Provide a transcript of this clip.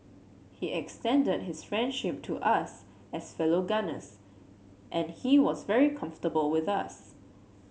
he extended his friendship to us as fellow gunners and he was very comfortable with us